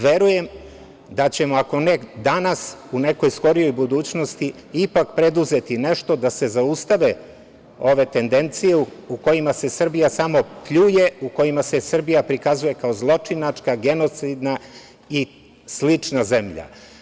Verujem da ćemo, ako ne danas, u nekoj skorijoj budućnosti ipak preduzeti nešto da se zaustave ove tendencije, u kojima se Srbija samo pljuje, u kojima se Srbija prikazuje kao zločinačka, genocidna i slična zemlja.